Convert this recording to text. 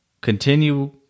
continue